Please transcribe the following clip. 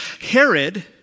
Herod